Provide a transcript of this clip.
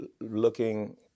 looking